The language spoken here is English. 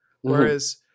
Whereas